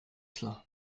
klar